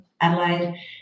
Adelaide